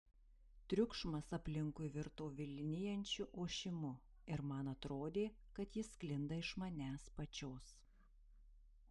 triukšmas aplinkui virto vilnijančiu ošimu ir man atrodė kad jis sklinda iš manęs pačios